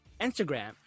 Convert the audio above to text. Instagram